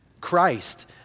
Christ